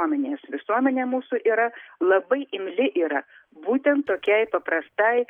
visuomenė mūsų yra labai imli yra būtent tokiai paprastai